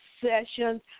Sessions